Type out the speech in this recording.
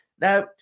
Now